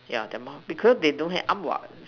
yeah their mouth because they don't have arms what